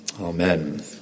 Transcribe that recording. amen